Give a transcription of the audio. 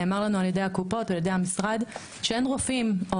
נאמר לנו על ידי הקופות והמשרד שאין רופאים או